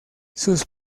sus